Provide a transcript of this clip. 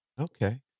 Okay